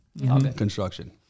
Construction